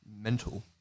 Mental